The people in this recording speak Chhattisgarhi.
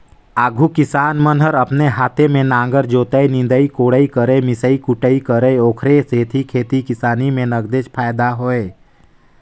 आघु किसान मन हर अपने हाते में नांगर जोतय, निंदई कोड़ई करयए मिसई कुटई करय ओखरे सेती खेती किसानी में नगदेच फायदा होय